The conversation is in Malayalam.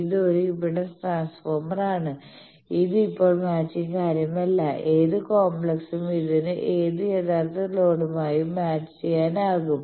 ഇത് ഒരു ഇംപെഡൻസ് ട്രാൻസ്ഫോർമറാണ് ഇത് ഇപ്പോൾ മാച്ചിങ് കാര്യമല്ല ഏത് കോംപ്ലക്സും ഇതിന് ഏത് യഥാർത്ഥ ലോഡുമായി മാച്ച് ചെയ്യാനാകും